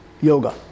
yoga